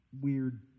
weird